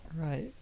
Right